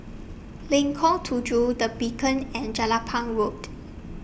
Lengkong Tujuh The Beacon and Jelapang Road